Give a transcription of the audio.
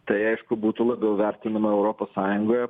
tai aišku būtų labiau vertinama europos sąjungoje